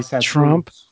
Trump